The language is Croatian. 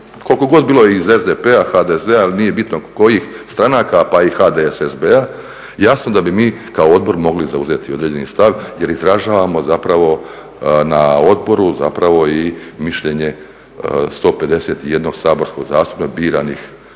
koliko god bilo iz SDP-a, HDZ-a ili nije bitno kojih stranaka, pa i HDSSB-a, jasno da bi mi kao odbor mogli zauzeti određeni stav jer izražavamo zapravo na odboru zapravo i mišljenje 151 saborskog zastupnika biranih